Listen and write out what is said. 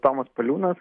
tomas paliūnas